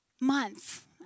month